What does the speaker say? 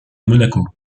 monaco